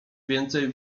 więcej